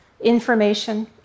information